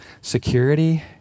security